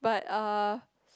but uh